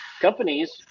companies